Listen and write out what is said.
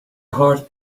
heart